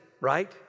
right